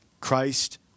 Christ